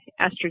estrogen